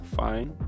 fine